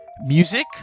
music